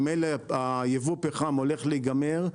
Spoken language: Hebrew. במלא הייבוא פחם הולך להיגמר,